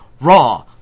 Raw